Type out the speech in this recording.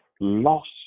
lost